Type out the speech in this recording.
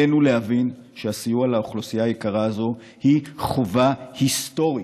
עלינו להבין שהסיוע לאוכלוסייה היקרה הזו הוא חובה היסטורית,